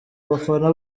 bafana